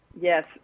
Yes